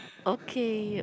okay